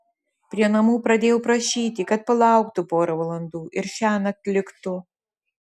prie namų pradėjau prašyti kad palauktų porą valandų ir šiąnakt liktų